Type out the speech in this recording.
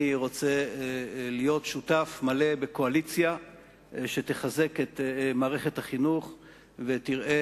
אני רוצה להיות שותף מלא בקואליציה שתחזק את מערכת החינוך ותראה